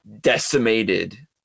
decimated